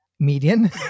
median